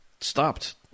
stopped